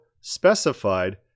specified